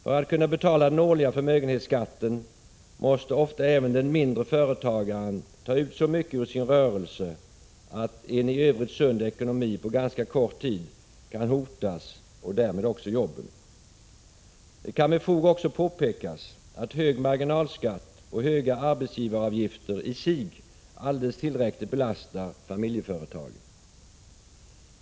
För att kunna betala den årliga förmögenhetsskatten måste ofta även den mindre företagaren ta ut så mycket ur sin rörelse att en i övrigt sund ekonomi på ganska kort tid kan hotas, och därmed också jobben. Det kan med fog också påpekas att hög marginalskatt och höga arbetsgivaravgifter i sig alldeles tillräckligt belastar familjeföretagen.